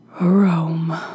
Rome